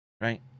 right